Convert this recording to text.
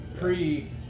pre